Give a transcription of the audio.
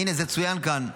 הינה, זה צוין כאן.